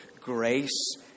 grace